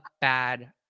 bad